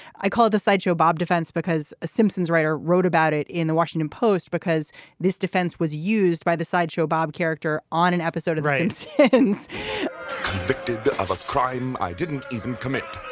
i call it the sideshow bob defense because a simpsons writer wrote about it in the washington post because this defense was used by the sideshow bob character on an episode of random since convicted of a crime i didn't even commit